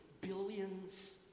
billions